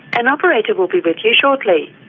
an operator will be with you shortly.